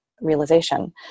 realization